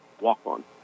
walk-on